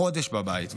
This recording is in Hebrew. חודש בבית.